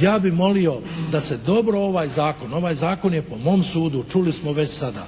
ja bih molio da se dobro ovaj zakon, ovaj zakon je po mom sudu čuli smo već sada